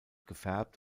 gefärbt